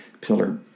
pillar